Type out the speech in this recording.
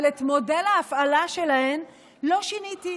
אבל את מודל ההפעלה שלהן לא שיניתי.